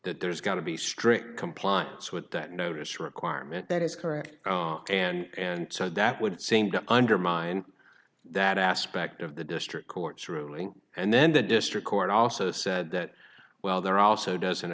that there's got to be strict compliance with that notice requirement that is correct and so that would seem to undermine that aspect of the district court's ruling and then the district court also said that well there are also doesn't